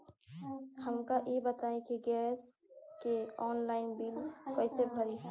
हमका ई बताई कि गैस के ऑनलाइन बिल कइसे भरी?